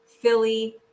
Philly